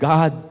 God